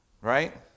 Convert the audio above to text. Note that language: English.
right